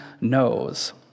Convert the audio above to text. knows